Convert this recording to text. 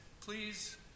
Please